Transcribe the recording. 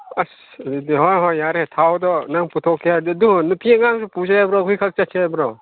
ꯑꯁ ꯑꯗꯨꯗꯤ ꯍꯣꯏ ꯍꯣꯏ ꯌꯥꯔꯦ ꯊꯥꯎꯗꯣ ꯅꯪ ꯄꯨꯊꯣꯛꯀꯦ ꯍꯥꯏꯔꯗꯤ ꯑꯗꯣ ꯅꯨꯄꯤ ꯑꯉꯥꯡꯁꯨ ꯄꯨꯁꯦ ꯍꯥꯏꯕ꯭ꯔꯣ ꯑꯩꯈꯣꯏꯈꯛ ꯆꯠꯁꯦ ꯍꯥꯏꯕ꯭ꯔꯣ